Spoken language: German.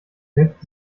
hilft